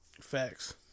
Facts